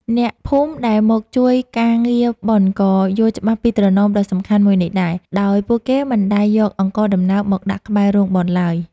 អ្នកភូមិដែលមកជួយការងារបុណ្យក៏យល់ច្បាស់ពីត្រណមដ៏សំខាន់មួយនេះដែរ ដោយពួកគេមិនដែលយកអង្ករដំណើបមកដាក់ក្បែររោងបុណ្យឡើយ។